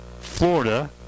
Florida